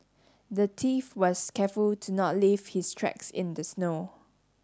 the thief was careful to not leave his tracks in the snow